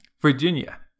Virginia